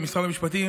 של משרד המשפטים,